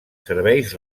serveis